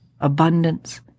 abundance